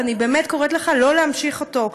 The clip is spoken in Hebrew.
ואני באמת קוראת לך לא להמשיך אותו,